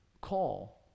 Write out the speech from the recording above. call